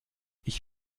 ich